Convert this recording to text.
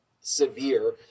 severe